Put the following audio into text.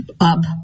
up